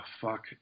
fuck